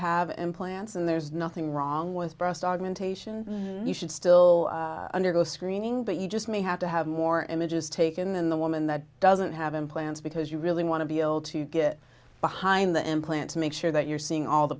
have implants and there's nothing wrong with breast augmentation you should still undergo screening but you just may have to have more images taken in the woman that doesn't have implants because you really want to be able to get behind the implant to make sure that you're seeing all the